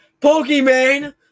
Pokemon